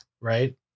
Right